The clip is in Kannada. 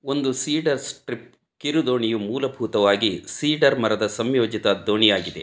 ಒಂದು ಸೀಡರ್ ಸ್ಟ್ರಿಪ್ ಕಿರುದೋಣಿಯು ಮೂಲಭೂತವಾಗಿ ಸೀಡರ್ ಮರದ ಸಂಯೋಜಿತ ದೋಣಿಯಾಗಿದೆ